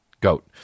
Goat